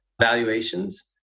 valuations